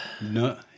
No